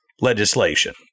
legislation